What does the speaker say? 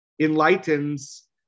enlightens